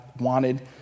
wanted